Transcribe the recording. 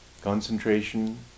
concentration